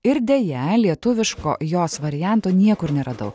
ir deja lietuviško jos varianto niekur neradau